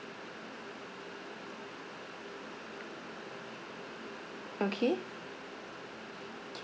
okay